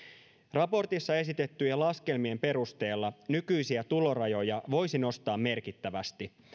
raportissa esitettyjen laskelmien perusteella nykyisiä tulorajoja voisi nostaa merkittävästi